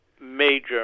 major